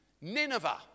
Nineveh